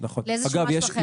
אגב,